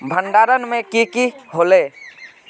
भण्डारण में की की होला?